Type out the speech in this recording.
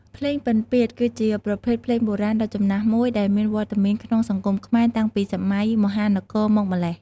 ភ្លេងពិណពាទ្យ គឺជាប្រភេទភ្លេងបុរាណដ៏ចំណាស់មួយ ដែលមានវត្តមានក្នុងសង្គមខ្មែរតាំងពីសម័យមហានគរមកម្ល៉េះ។